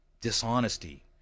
dishonesty